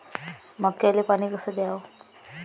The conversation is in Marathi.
मक्याले पानी कस द्याव?